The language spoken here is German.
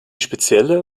spezielle